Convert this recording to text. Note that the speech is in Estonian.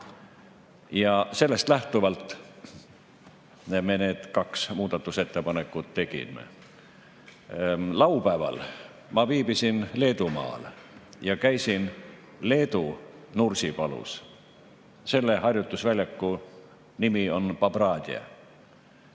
ettepanekutest lähtuvalt me need kaks muudatusettepanekut tegime. Laupäeval ma viibisin Leedumaal ja käisin Leedu Nursipalus. Selle harjutusväljaku nimi on Pabradė.